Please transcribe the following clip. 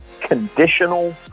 conditional